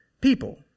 people